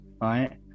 right